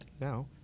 now